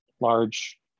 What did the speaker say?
large